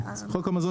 המזון